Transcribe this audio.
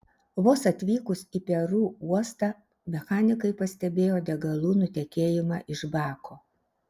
vos atvykus į peru uostą mechanikai pastebėjo degalų nutekėjimą iš bako